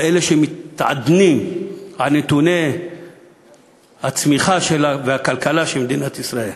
אלה שמתעדנים על נתוני הצמיחה והכלכלה של מדינת ישראל,